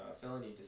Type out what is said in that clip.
felony